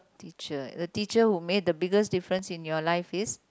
teacher the teacher who make the biggest difference in your life is